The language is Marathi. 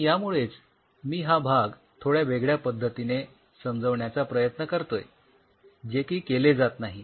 आणि यामुळेच मी हा भाग थोड्या वेगळ्या पद्धतीने समजावण्याचा प्रयत्न करतोय जे की केले जात नाही